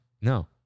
no